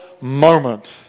moment